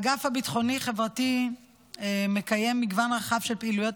האגף הביטחוני-חברתי מקיים מגוון רחב של פעילויות